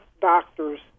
doctors